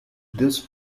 this